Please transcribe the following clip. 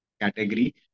category